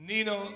Nino